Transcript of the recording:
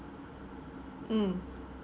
mm